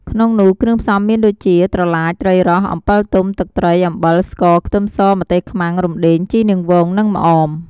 ក្នុងនោះគ្រឿងផ្សំមានដូចជា ត្រឡាច ត្រីរ៉ស់ អំពិលទុំ ទឹកត្រី អំបិល ស្ករ ខ្ទឹមស ម្ទេសខ្មាំង រំដេង ជីរនាងវង និងម្អម ។